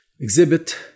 exhibit